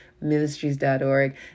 Ministries.org